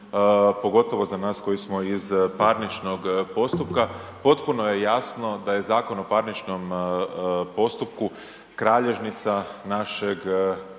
pogotovo za nas koji smo iz parničnog postupka, potpuno je jasno da je Zakon o parničnom postupku kralježnica našeg